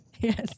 Yes